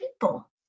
people